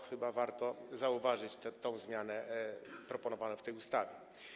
Chyba warto zauważyć tę zmianę proponowaną w tej ustawie.